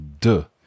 de